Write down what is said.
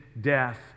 death